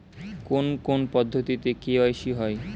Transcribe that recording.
কোন কোন পদ্ধতিতে কে.ওয়াই.সি হয়?